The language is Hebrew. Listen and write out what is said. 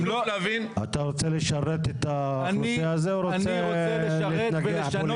אתה רוצה לשרת את האוכלוסייה הזאת או רוצה להתנגח פוליטית?